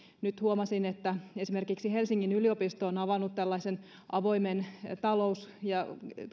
nyt huomasin että esimerkiksi helsingin yliopisto on avannut tällaisen avoimen talous ja